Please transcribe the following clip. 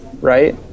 right